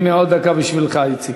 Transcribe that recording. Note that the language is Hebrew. הנה, עוד דקה בשבילך, איציק.